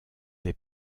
des